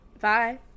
bye